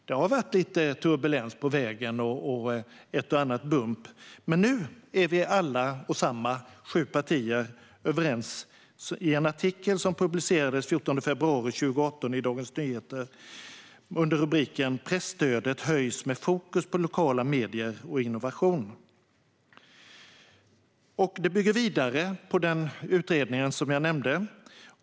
Det har varit lite turbulent på vägen och ett och annat gupp, men nu är vi alla samma sju partier överens. Den artikel som publicerades den 14 februari 2018 i Dagens Nyheter under rubriken "Presstödet höjs med fokus på lokala medier och innovation" bygger på den utredning som jag nämnde.